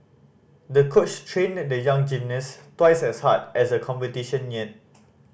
the coach trained the young gymnast twice as hard as the competition neared